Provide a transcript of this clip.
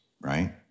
right